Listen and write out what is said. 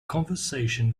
conversation